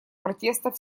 протестов